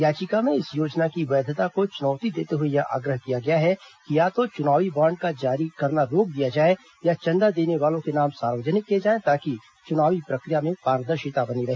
याचिका में इस योजना की वैधता को चुनौती देते हुए यह आग्रह किया गया है कि या तो चुनावी बॉन्ड का जारी करना रोक दिया जाए या चंदा देने वालों के नाम सार्वजनिक किए जाए ताकि चुनावी प्रक्रिया में पारदर्शिता बनी रहे